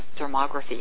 thermography